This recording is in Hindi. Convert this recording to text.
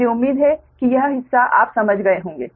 मुझे उम्मीद है कि यह हिस्सा आप समझ गए होंगे